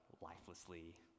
lifelessly